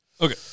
Okay